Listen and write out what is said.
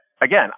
again